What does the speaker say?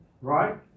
Right